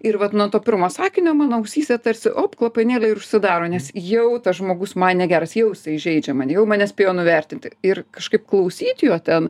ir vat nuo to pirmo sakinio mano ausyse tarsi op klopanėliai ir užsidaro nes jau tas žmogus man negeras jau jisai žeidžia mane jau mane spėjo nuvertinti ir kažkaip klausyt jo ten